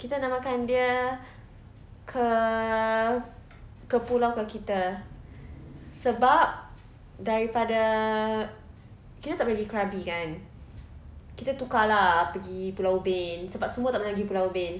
kita nama kan dia ke ke pulau ke kita sebab daripada kita tak boleh gi krabi kan kita tukar lah pergi pulau ubin sebab semua tak pernah gi pulau ubin